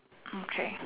okay